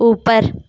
اوپر